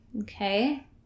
okay